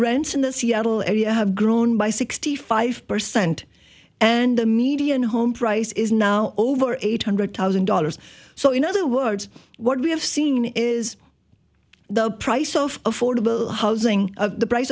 rents in the seattle area have grown by sixty five percent and the median home price is now over eight hundred thousand dollars so in other words what we have seen is the price of affordable housing of the price